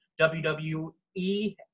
WWE